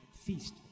Feast